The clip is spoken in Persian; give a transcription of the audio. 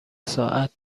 ساعت